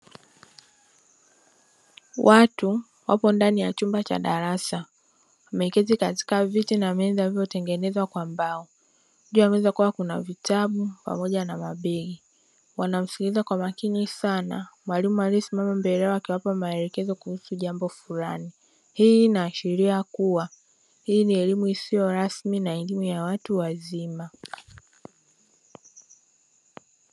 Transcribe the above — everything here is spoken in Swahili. Watu wapo ndani ya chumba cha darasa wameketi katika viti na meza vilivyotengenezwa kwa mbao juu ya meza kukiwa kuna vitabu pamoja na mabegi wanamusikiliza kwa makini sana mwalimu aliyesimama mbele yao akiwapa maelekezo kuhusu jambo fulani, hii inaashiria kuwa hii ni elimu isiyo rasmi na elimu ya watu wazima.